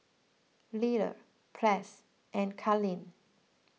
Lyle Press and Kalene